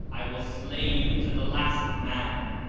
i will slay you to the last man.